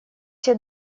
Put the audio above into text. все